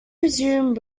resume